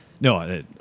no